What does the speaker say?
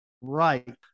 right